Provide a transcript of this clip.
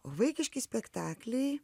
vaikiški spektakliai